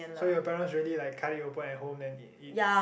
so your parents really like cut it open at home then eat eat